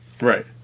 Right